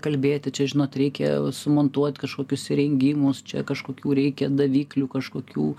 kalbėti čia žinot reikia sumontuot kažkokius įrengimus čia kažkokių reikia daviklių kažkokių